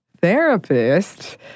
therapist